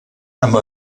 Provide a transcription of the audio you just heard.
amb